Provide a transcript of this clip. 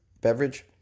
beverage